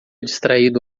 distraído